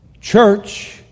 church